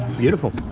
beautiful